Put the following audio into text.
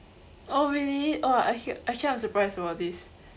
oh really oh I hear actually I was surprised about this